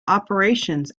operations